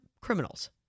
criminals